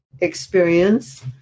experience